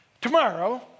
Tomorrow